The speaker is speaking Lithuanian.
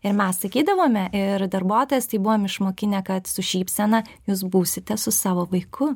ir mes sakydavome ir darbuotojas tai buvom išmokinę kad su šypsena jūs būsite su savo vaiku